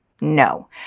No